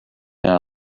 now